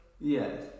Yes